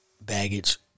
baggage